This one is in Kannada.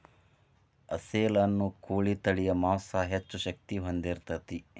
ಅಸೇಲ ಅನ್ನು ಕೋಳಿ ತಳಿಯ ಮಾಂಸಾ ಹೆಚ್ಚ ಶಕ್ತಿ ಹೊಂದಿರತತಿ